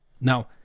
Now